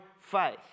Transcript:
faith